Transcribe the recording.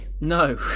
no